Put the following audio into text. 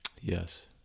Yes